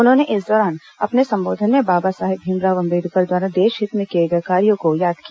उन्होंने इस दौरान अपने संबोधन में बाबा साहेब भीमराव अम्बेडकर द्वारा देश हित में किए कार्यों को याद किया